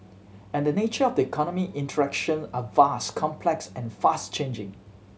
and the nature of the economy interaction are vast complex and fast changing